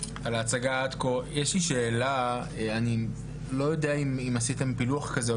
יש לי שאלה אני לא יודע אם עשיתם פילוח כזה,